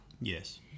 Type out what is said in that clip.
Yes